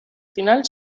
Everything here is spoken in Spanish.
final